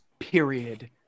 period